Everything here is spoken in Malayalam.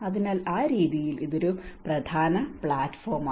അതിനാൽ ആ രീതിയിൽ ഇത് ഒരു പ്രധാന പ്ലാറ്റ്ഫോമാണ്